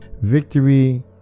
Victory